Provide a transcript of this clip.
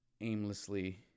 aimlessly